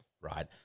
right